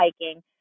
hiking